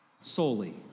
solely